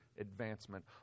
advancement